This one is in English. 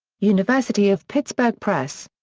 university of pittsburgh press.